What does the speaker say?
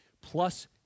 plus